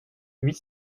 huit